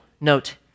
Note